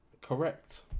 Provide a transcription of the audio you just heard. correct